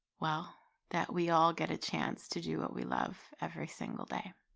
well, that we all get a chance to do what we love every single day.